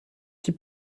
six